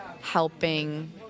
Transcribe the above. helping